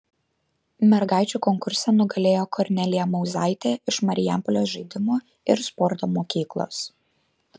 mergaičių konkurse nugalėjo kornelija mauzaitė iš marijampolės žaidimų ir sporto mokyklos